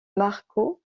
marco